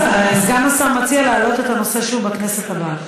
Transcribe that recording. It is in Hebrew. סגן השר מציע להעלות את הנושא שוב בכנסת הבאה.